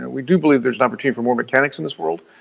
we do believe there's an opportunity for more mechanics in this world,